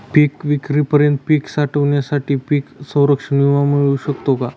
पिकविक्रीपर्यंत पीक साठवणीसाठी पीक संरक्षण विमा मिळू शकतो का?